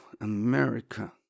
America